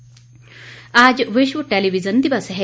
television दिवस आज विश्व टेलीविजन दिवस है